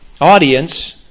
audience